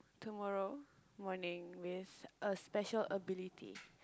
tomorrow morning with a special ability